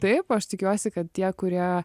taip aš tikiuosi kad tie kurie